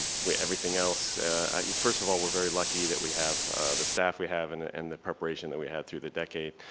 everything else first of all we're very lucky that we have the staff we have and a and the preparation that we have through the decade,